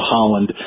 Holland